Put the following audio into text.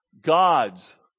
God's